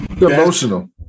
Emotional